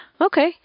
Okay